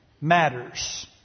matters